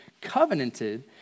covenanted